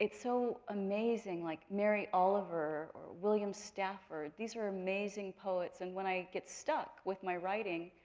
it's so amazing like mary oliver or william stafford. these are amazing poets and when i get stuck with my writing,